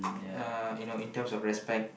uh you know in terms of respect